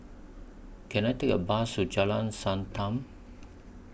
Can I Take A Bus to Jalan Sankam